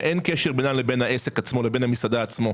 שאין קשר בינם לבין המסעדה עצמה,